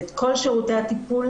את כל שירותי הטיפול,